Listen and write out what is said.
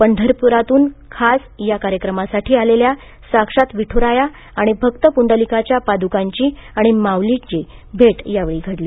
पंढरप्रातृन खास या कार्यक्रमासाठी आलेल्या साक्षात विठ्राया आणि भक्त पूंडलिकाच्या पाद्कांची आणि माऊलींची भेट यावेळी घडली